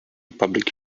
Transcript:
public